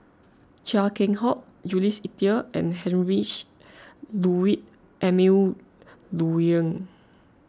Chia Keng Hock Jules Itier and Heinrich Ludwig Emil Luering